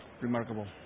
Remarkable